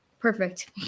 Perfect